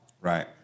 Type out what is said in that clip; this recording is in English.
Right